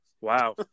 Wow